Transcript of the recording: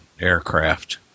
aircraft